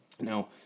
Now